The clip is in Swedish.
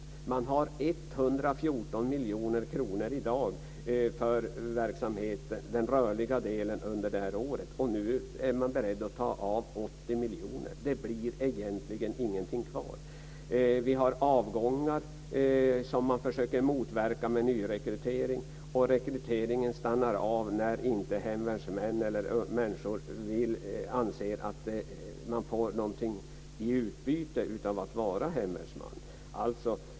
Hemvärnet har i dag 114 miljoner kronor för den rörliga delen under det här året, och nu är man beredd att ta 80 miljoner. Det blir egentligen ingenting kvar. Man försöker motverka avgångar med nyrekrytering, men rekryteringen stannar av när hemvärnsmän eller andra människor inte anser att man får någonting i utbyte av att vara hemvärnsman.